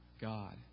God